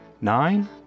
nine